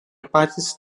patys